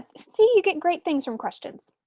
see you get great things from questions.